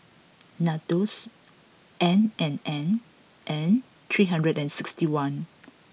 Nandos N and N and three hundred and sixty one